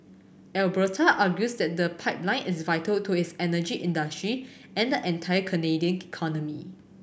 Alberta argues that the pipeline is vital to its energy industry and the entire Canadian economy